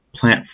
plant